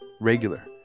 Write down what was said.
regular